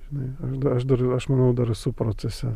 žinai aš dar aš manau dar esu procese